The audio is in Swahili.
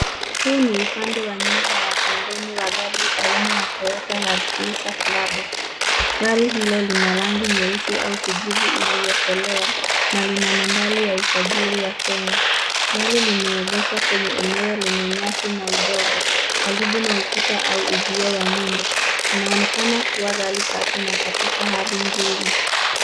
Huu ni upande wa nyuma na pembeni wa gari aina ya Toyota Landcruiser Prado. Gari hilo lina rangi nyeusi au kijivu iliyokolea na lina nambari ya usajili ya Kenya. Gari limeegeshwa kwenye eneo lenye nyasi na udongo karibu na ukuta au uzio wa nyumba. Inaonekana kuwa gari safi na katika hali nzuri.